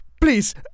Please